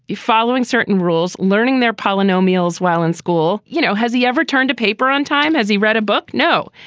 following certain rules, learning their polynomials while in school you know, has he ever turned to paper on time? has he read a book? no.